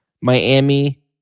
Miami